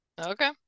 Okay